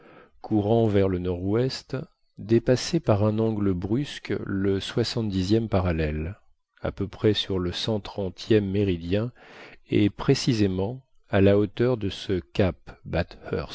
courant vers le nord-est dépassait par un angle brusque le soixante dixième parallèle à peu près sur le cent trentième méridien et précisément à la hauteur de ce cap